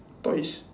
toys